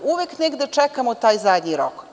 Uvek negde čekamo taj zadnji rok.